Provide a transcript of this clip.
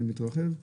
זה מתרחב?